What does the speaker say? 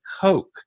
Coke